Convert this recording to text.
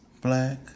black